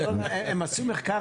עשו מחקר,